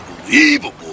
unbelievable